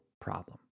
problem